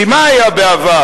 כי מה היה בעבר?